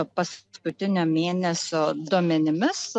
paskutinio mėnesio duomenimis